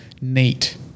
neat